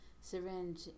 syringe